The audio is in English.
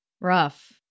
rough